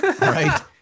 right